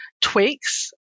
tweaks